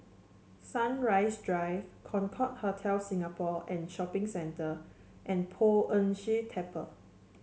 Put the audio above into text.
Sunrise Drive Concorde Hotel Singapore and Shopping Centre and Poh Ern Shih Temple